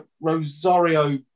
Rosario